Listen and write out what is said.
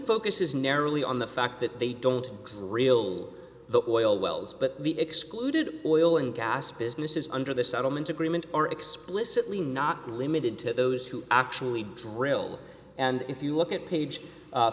focuses narrowly on the fact that they don't have real the oil wells but the excluded oil and gas business is under this settlement agreement are explicitly not limited to those who actually drill and if you look at page